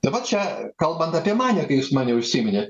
dabar čia kalbant apie mane kai jūs mane užsiminė